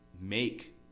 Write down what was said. make